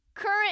current